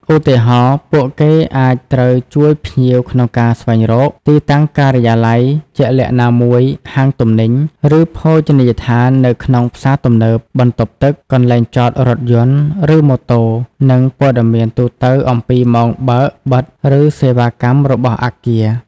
ឧទាហរណ៍ ពួកគេអាចត្រូវជួយភ្ញៀវក្នុងការស្វែងរក ទីតាំងការិយាល័យជាក់លាក់ណាមួយ ហាងទំនិញ ឬភោជនីយដ្ឋាននៅក្នុងផ្សារទំនើប បន្ទប់ទឹក កន្លែងចតរថយន្ត ឬម៉ូតូ និងព័ត៌មានទូទៅអំពីម៉ោងបើក-បិទ ឬសេវាកម្មរបស់អគារ។